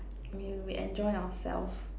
we we we enjoy ourselves